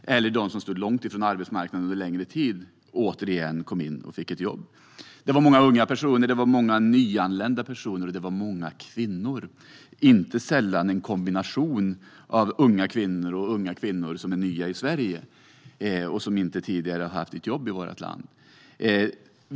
Även sådana som har stått långt ifrån arbetsmarknaden under längre tid har genom detta kommit in i jobb. Det var många unga personer, många nyanlända personer och många kvinnor. Inte sällan var det en kombination: unga kvinnor som var nya i Sverige och inte hade haft något jobb i vårt land tidigare.